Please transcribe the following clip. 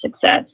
success